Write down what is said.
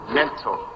mental